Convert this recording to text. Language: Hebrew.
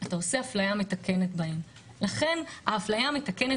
תעשה בהם אפליה מתקנת.